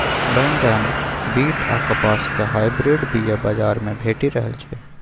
बैगन, बीट आ कपासक हाइब्रिड बीया बजार मे भेटि रहल छै